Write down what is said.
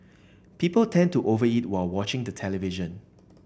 people tend to over eat while watching the television